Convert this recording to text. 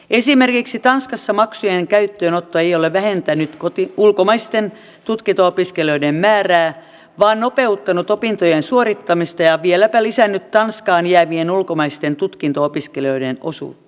esimerkiksi tanskassa maksujen käyttöönotto ei ole vähentänyt ulkomaisten tutkinto opiskelijoiden määrää vaan nopeuttanut opintojen suorittamista ja vieläpä lisännyt tanskaan jäävien ulkomaisten tutkinto opiskelijoiden osuutta